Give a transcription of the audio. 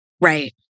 Right